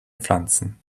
pflanzen